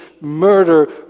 murder